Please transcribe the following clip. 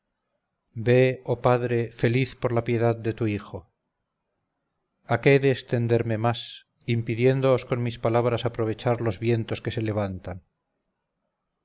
ve oh padre feliz por la piedad de tu hijo a qué he de extenderme más impidiéndoos con mis palabras aprovechar los vientos que se levantan